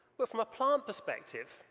but from a plant perspective,